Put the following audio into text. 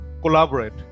collaborate